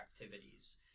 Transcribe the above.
activities